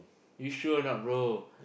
you sure or not bro